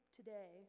today